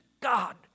God